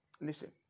listen